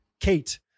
Kate